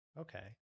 Okay